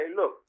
look